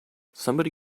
somebody